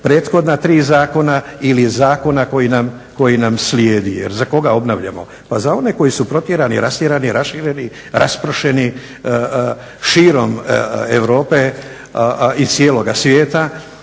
prethodna tri zakona ili zakona koji nam slijedi. Jer za koga obnavljamo? Pa za one koji su protjerani, rastjerani, rašireni, raspršeni širom Europe i cijeloga svijeta